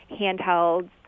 handhelds